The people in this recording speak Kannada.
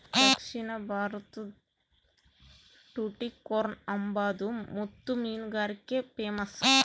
ದಕ್ಷಿಣ ಭಾರತುದ್ ಟುಟಿಕೋರ್ನ್ ಅಂಬಾದು ಮುತ್ತು ಮೀನುಗಾರಿಕ್ಗೆ ಪೇಮಸ್ಸು